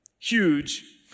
Huge